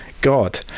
God